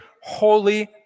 holy